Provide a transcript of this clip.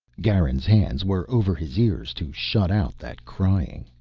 garin's hands were over his ears to shut out that crying.